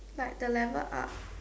like the level up